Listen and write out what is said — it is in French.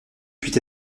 puis